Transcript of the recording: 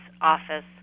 office